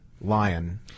Lion